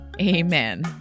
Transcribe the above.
amen